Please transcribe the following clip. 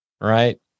right